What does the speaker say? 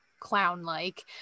clown-like